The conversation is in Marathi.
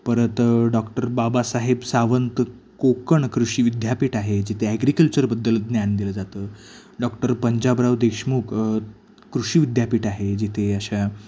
परत डॉक्टर बाबासाहेब सावंत कोकण कृषी विद्यापीठ आहे जिथे ॲग्रीकल्चरबद्दल ज्ञान दिलं जातं डॉक्टर पंजाबराव देशमुख कृषी विद्यापीठ आहे जिथे अशा